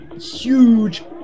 huge